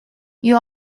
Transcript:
you